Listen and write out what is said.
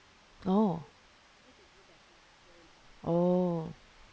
oh oh